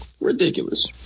Ridiculous